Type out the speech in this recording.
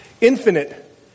infinite